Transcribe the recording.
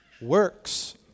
works